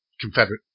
Confederate